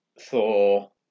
Thor